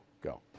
Go